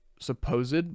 supposed